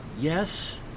Yes